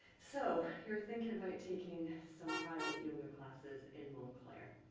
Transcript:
so, you're thinking about taking some privatecyoga classes in montclair.